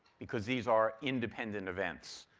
because these are independent events.